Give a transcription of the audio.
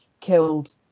killed